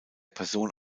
person